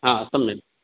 हा सम्यक्